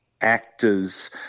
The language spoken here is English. actors